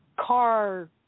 car